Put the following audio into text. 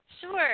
Sure